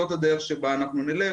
זאת הדרך שבה אנחנו נלך.